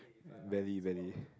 belly belly